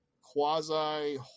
quasi